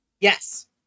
yes